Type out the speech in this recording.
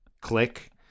click